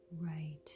right